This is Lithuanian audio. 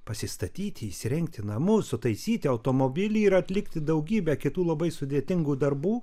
pasistatyti įsirengti namus sutaisyti automobilį ir atlikti daugybę kitų labai sudėtingų darbų